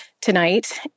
tonight